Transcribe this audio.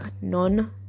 none